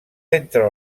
entre